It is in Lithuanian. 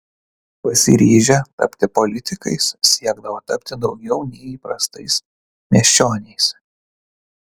pasiryžę tapti politikais siekdavo tapti daugiau nei įprastais miesčioniais